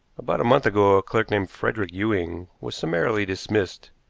about a month ago a clerk named frederick ewing was summarily dismissed.